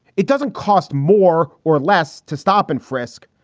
it doesn't cost more or less to stop and frisk.